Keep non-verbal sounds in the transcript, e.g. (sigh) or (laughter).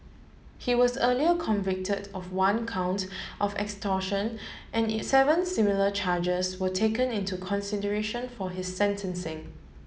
he was earlier convicted of one count of extortion and (unintelligible) seven similar charges were taken into consideration for his sentencing